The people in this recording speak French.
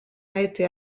été